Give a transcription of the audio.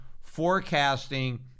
forecasting